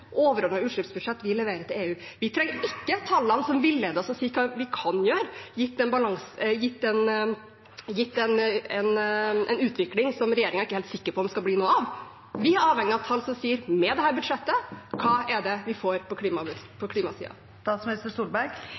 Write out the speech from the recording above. vi leverer til EU. Vi trenger ikke tallene som villeder og sier hva vi kan gjøre gitt en utvikling som regjeringen ikke er helt sikker på om skal bli noe av. Vi er avhengige av tall som sier: Hva får vi på klimasiden med dette budsjettet? Jeg mener at det er et virkemiddel som det nesten ikke er mulig å lage på alle områder. En kan gjøre det på